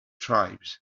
tribes